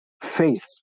faith